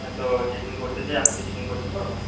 হ্যাঁ তো check in করতে চাই এখন কি চেক ইন করতে পারব